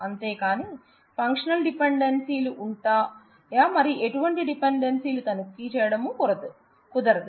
అంతేకానీ functional dependency లు ఉంటా మరి ఎటువంటి డిపెండెన్సీ లు తనిఖీ చేయడం కుదరదు